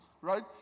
Right